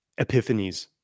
epiphanies